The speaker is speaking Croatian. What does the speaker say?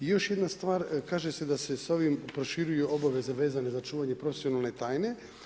I još jedna stvar, kaže se da se s ovim proširuju obaveze vezane za čuvanje profesionalne tajne.